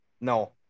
no